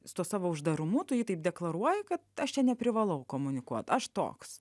su tuo savo uždarumu tu jai taip deklaruoji kad aš čia neprivalau komunikuot aš toks